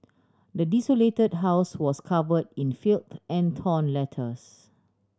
the desolated house was cover in filth and torn letters